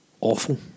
awful